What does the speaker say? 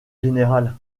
général